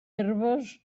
herbes